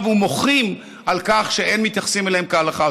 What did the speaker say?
ומוחים על כך שלא מתייחסים אליהם כהלכה.